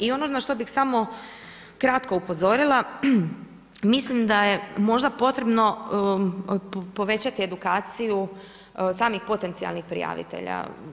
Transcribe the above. I ono na što bih samo kratko upozorila, mislim da je, možda potrebno povećati edukaciju samih potencijalnih prijavitelja.